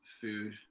food